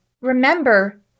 remember